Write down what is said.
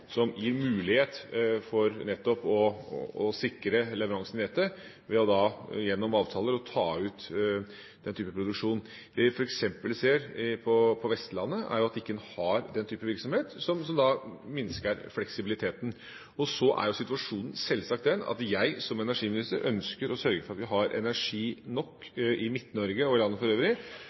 som gir mulighet for nettopp å sikre nettleveransen, ved at man gjennom avtaler tar ut den type produksjon. Det vi f.eks. ser på Vestlandet, er at en ikke har den type virksomhet, som da minsker fleksibiliteten. Og så er situasjonen sjølsagt den at jeg som energiminister ønsker å sørge for at vi har energi nok i Midt-Norge og i landet for øvrig